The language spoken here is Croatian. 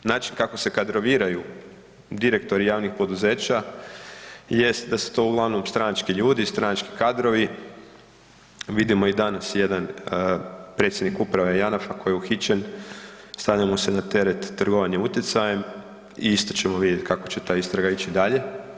Način kako se kadroviraju direktori javnih poduzeća jest da su to uglavnom stranački ljudi, stranački kadrovi, vidimo i danas jedan predsjednik uprave JANAF-a koji je uhićen, stavlja mu se na teret trgovanje utjecajem i isto ćemo vidjeti kako će ta istraga ići dalje.